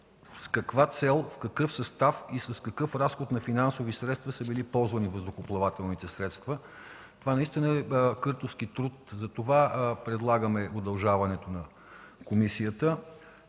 с каква цел, в какъв състав и с какъв разход на финансови средства са били ползвани въздухоплавателните средства. Това наистина е къртовски труд и затова предлагаме удължаване срока